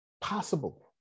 possible